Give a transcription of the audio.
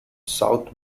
south